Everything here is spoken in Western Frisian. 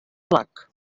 plak